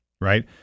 right